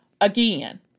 Again